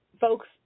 folks